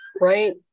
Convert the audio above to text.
Right